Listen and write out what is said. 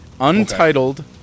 Untitled